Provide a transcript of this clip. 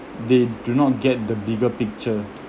they do not get the bigger picture